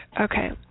Okay